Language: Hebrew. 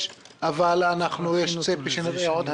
אבל גם אנחנו בעצמנו בוועדה